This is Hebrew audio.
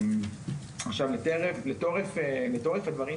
לגבי תורף ההצעה